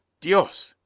dios!